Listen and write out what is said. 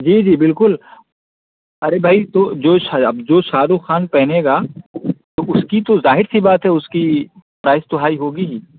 جی جی بالکل ارے بھائی تو جو جو شاہ رخ خان پہنے گا تو اس کی تو ظاہر سی بات ہے اس کی پرائز تو ہائی ہوگی ہی